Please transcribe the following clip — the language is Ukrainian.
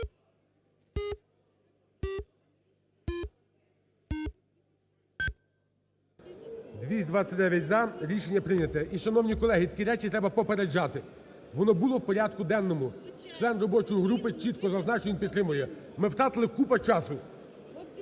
За-229 Рішення прийнято. І, шановні колеги, такі речі треба попереджати. Воно було в порядку денному. Член робочої групи чітко зазначив, що він підтримує. Ми втратили купу часу.